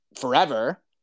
forever